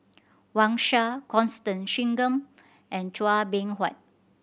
Wang Sha Constance Singam and Chua Beng Huat